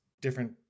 Different